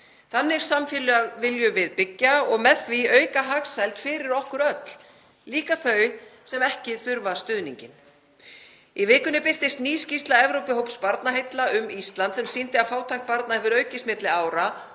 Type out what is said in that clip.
Þannig samfélag viljum við byggja og með því auka hagsæld fyrir okkur öll, líka þau sem ekki þurfa stuðninginn. Í vikunni birtist ný skýrsla Evrópuhóps Barnaheilla um Ísland sem sýndi að fátækt barna hefur aukist milli ára